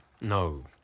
No